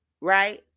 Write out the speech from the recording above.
right